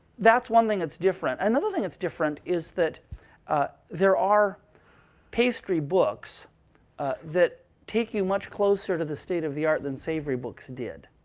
that's one thing that's different. another thing that's different is that there are pastry books ah that take you much closer to the state of the art than savory books did.